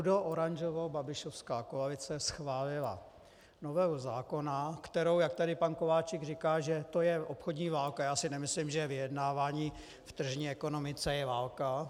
Rudooranžovobabišovská koalice schválila novelu zákona, která jak tady pan Kováčik říkal, že to je obchodní válka, já si nemyslím, že vyjednávání v tržní ekonomice je válka.